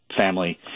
family